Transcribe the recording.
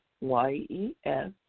Y-E-S